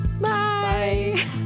Bye